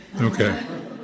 Okay